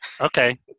Okay